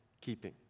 keeping